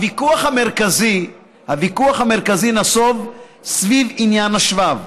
הוויכוח המרכזי נסוב סביב עניין השבב.